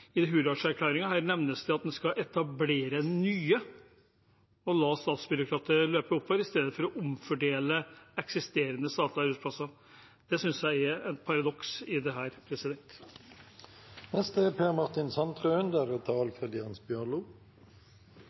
nevnes at en skal etablere nye og la statsbyråkrater løpe oppover, i stedet for å omfordele eksisterende statlige arbeidsplasser. Det synes jeg er et paradoks i